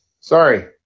Sorry